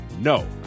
No